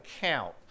count